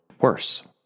worse